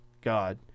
God